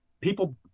people